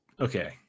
okay